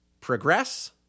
progress